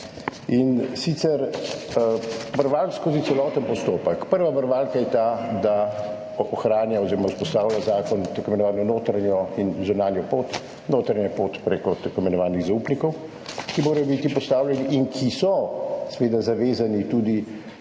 in sicer varovalk skozi celoten postopek. Prva varovalka je ta, da zakon ohranja oziroma vzpostavlja tako imenovano notranjo in zunanjo pot. Notranjo pot prek tako imenovanih zaupnikov, ki morajo biti postavljeni in ki so seveda zavezani tudi